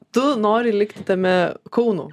tu nori likti tame kauno